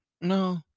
No